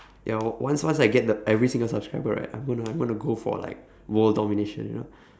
ya once once I get the every single subscriber right I'm going I'm going to go for like world domination you know